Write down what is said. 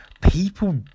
People